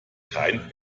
kein